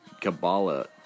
Kabbalah